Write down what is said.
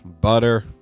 Butter